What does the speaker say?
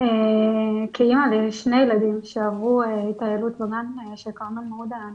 כאימא לשני ילדים שעברו התעללות ב---, אני